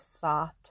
soft